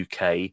UK